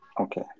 Okay